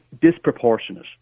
disproportionate